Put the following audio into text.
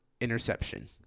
interception